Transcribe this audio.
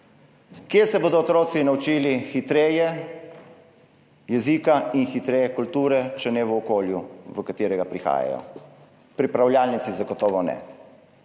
Kje se bodo otroci hitreje naučili jezika in hitreje kulture, če ne v okolju, v katero prihajajo? V pripravljalnici zagotovo ne.